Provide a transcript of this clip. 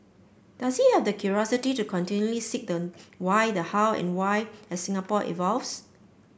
does he have the curiosity to continually seek the why the how and the why as Singapore evolves